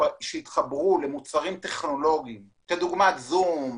שהתחברו למוצרים טכנולוגיים כמו זום,